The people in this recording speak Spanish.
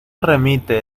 remite